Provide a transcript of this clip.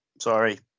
Sorry